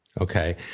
Okay